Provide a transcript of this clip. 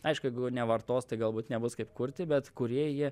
aišku jeigu jau nevartos tai galbūt nebus kaip kurti bet kūrėjai jie